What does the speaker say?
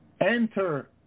Enter